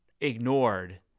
ignored